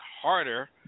harder